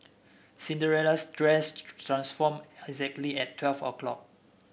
Cinderella's dress transformed exactly at twelve o'clock